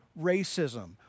racism